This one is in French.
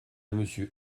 monsieur